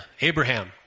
Abraham